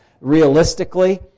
realistically